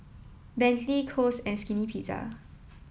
Bentley Kose and Skinny Pizza